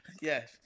Yes